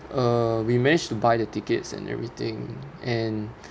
uh we manage to buy the tickets and everything and